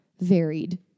varied